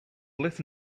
less